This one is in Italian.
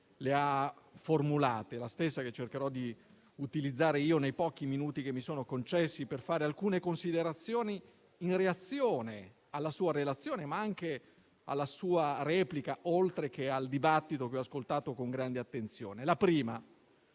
le ha formulate, la stessa che cercherò di utilizzare io nei pochi minuti che mi sono concessi per fare alcune considerazioni in reazione alla sua relazione, ma anche alla sua replica, oltre che al dibattito che ho ascoltato con grande attenzione.